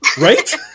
Right